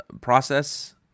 process